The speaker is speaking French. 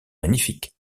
magnifiques